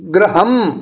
गृहम्